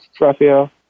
Rafael